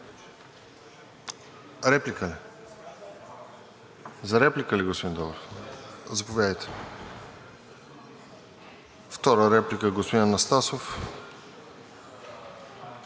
реплика? За реплика ли, господин Добрев? Заповядайте. За втора реплика – господин Анастасов.